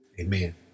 Amen